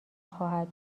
خواهد